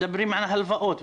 מדברים על ההלוואות,